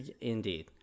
indeed